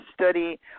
study